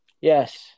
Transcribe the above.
Yes